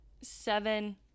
seven